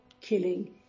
killing